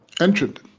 entered